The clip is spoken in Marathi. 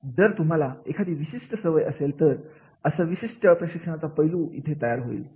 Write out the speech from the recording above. जर तुम्हाला एखादी विशिष्ट सवय असेल तर असा विशिष्ट प्रशिक्षणाचा पैलु इथे तयार होईल